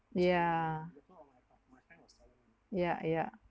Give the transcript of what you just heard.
ya ya ya